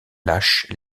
lâches